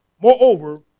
Moreover